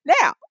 Now